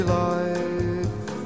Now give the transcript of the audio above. life